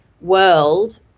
world